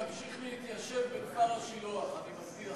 בהחלט נמשיך להתיישב בכפר-השילוח, אני מבטיח לך.